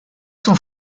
sont